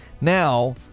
Now